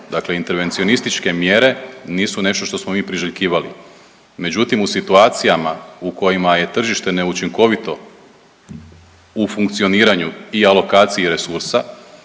Dakle, intervencionističke mjere nisu nešto što smo mi priželjkivali, međutim u situacijama u kojima je tržište neučinkovito u funkcioniranju i alokaciji resursa,